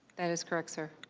that is correct sir.